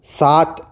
سات